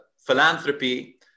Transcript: philanthropy